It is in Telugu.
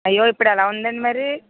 అయ్యో ఇప్పుడెలా ఉందండి మరి